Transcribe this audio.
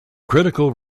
critical